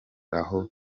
aho